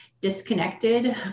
disconnected